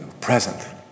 present